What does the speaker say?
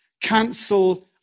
Cancel